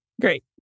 Great